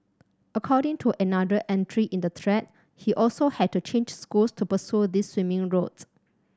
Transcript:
according to another entry in the thread he also had to change schools to pursue this swimming routes